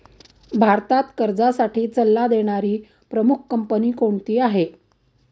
भारतात कर्जासाठी सल्ला देणारी प्रमुख कंपनी कोणती आहे?